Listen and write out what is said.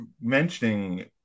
mentioning